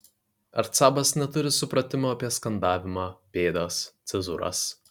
arcabas neturi supratimo apie skandavimą pėdas cezūras